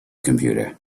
computer